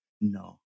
No